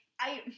I-